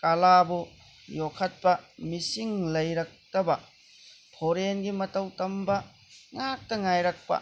ꯀꯂꯥꯕꯨ ꯌꯣꯛꯈꯠꯄ ꯃꯤꯁꯤꯡ ꯂꯩꯔꯛꯇꯕ ꯐꯣꯔꯦꯟꯒꯤ ꯃꯇꯧ ꯇꯝꯕ ꯉꯥꯛꯇ ꯉꯥꯏꯔꯛꯄ